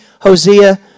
Hosea